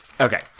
Okay